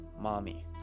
mommy